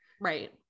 Right